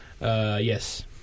Yes